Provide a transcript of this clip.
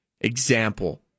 example